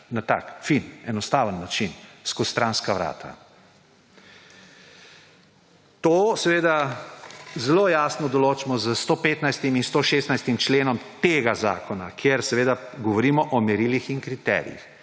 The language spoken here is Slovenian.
na tak fin, enostaven način skozi stranska vrata. To zelo jasno določimo s 115. in 116. členom tega zakona, kjer govorimo o merilih in kriterijih.